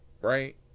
right